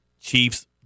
Chiefs